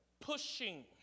Pushing